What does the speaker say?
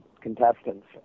contestants